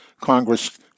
Congress